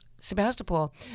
Sebastopol